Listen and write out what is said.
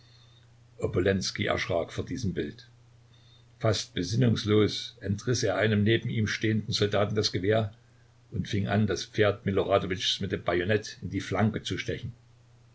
erschrak vor diesem bild fast besinnungslos entriß er einem neben ihm stehenden soldaten das gewehr und fing an das pferd miloradowitschs mit dem bajonett in die flanke zu stechen